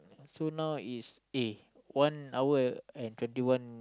so now is A one hour and and twenty one